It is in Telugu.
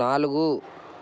నాలుగు